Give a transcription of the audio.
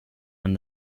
and